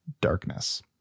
darkness